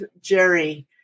Jerry